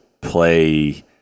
play